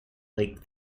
lake